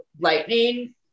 lightning